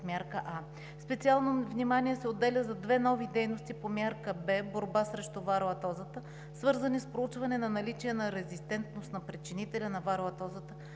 мярка А. Специално внимание се отделя за две нови дейности по мярка Б – „Борба срещу вароатозата“, свързани с проучване на наличие на резистентност на причинителя на вароатозата